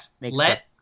let